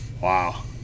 Wow